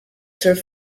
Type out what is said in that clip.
serve